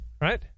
right